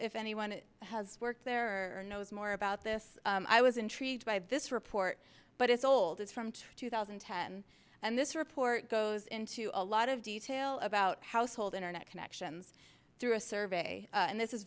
if anyone has worked there are no is more about this i was intrigued by this report but it's old it's from two thousand and ten and this report goes into a lot of detail about household internet connections through a survey and this is